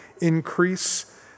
increase